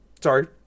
Sorry